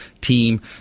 team